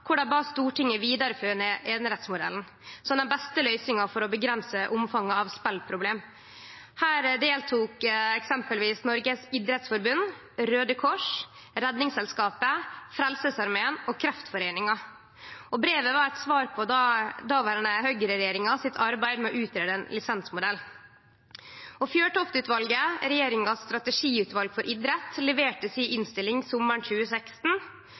som den beste løysinga for å avgrense omfanget av speleproblem. Her deltok eksempelvis Norges Idrettsforbund, Raudekrossen, Redningsselskapet, Frelsesarmeen og Kreftforeningen. Brevet var eit svar på dåverande høgreregjeringa sitt arbeid med å greie ut ein lisensmodell. Fjørtoft-utvalet, regjeringa sitt strategiutval for idrett, leverte si innstilling sommaren 2016,